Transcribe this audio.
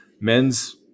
men's